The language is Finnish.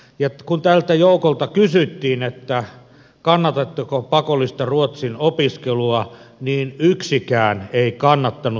kun tältä joukolta kysyttiin kannatatteko pakollista ruotsin opiskelua niin yksikään ei kannattanut